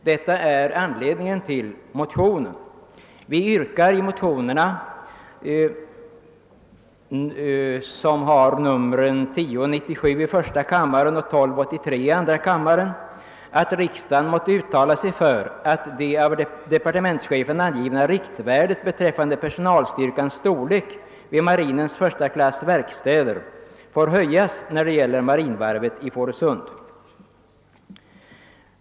Detta är anledningen till våra motioner I: 1097 och II: 1283, i vilka vi hemställer »att riksdagen måtte uttala sig för att det av departementschefen angivna riktvärdet beträffande personalstyrkans storlek vid marinens 1 klass verkstäder får höjas när det gäller marinvarvet i Fårösund«.